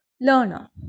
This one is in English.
learner